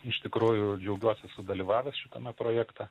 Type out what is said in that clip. iš tikrųjų džiaugiuosi sudalyvavęs šitame projekte